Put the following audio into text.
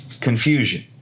confusion